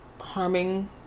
harming